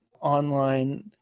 online